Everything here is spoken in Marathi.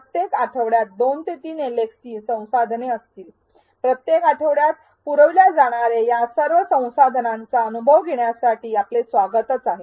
प्रत्येक आठवड्यात दोन ते तीन एलएक्सटी संसाधने असतील प्रत्येक आठवड्यात पुरविल्या जाणार्या या सर्व संसाधनांचा अनुभव घेण्यासाठी आपले स्वागत आहे